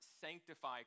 sanctify